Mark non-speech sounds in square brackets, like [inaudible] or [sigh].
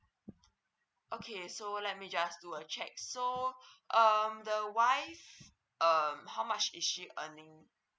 okay so let me just do a check so [breath] um the wife um how much is she earning